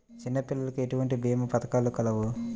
చిన్నపిల్లలకు ఎటువంటి భీమా పథకాలు కలవు?